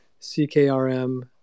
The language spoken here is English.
CKRM